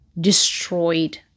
destroyed